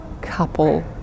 couple